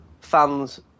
fans